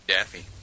Daffy